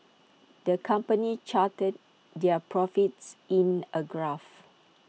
the company charted their profits in A graph